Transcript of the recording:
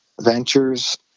ventures